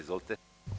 Izvolite.